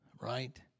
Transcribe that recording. Right